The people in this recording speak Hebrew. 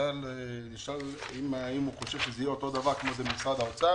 וכשנשאל אם הוא חושב שזה יהיה אותו דבר כמו במשרד האוצר,